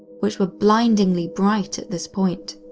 which were blindingly bright at this point.